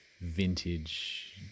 vintage